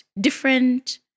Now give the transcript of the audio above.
different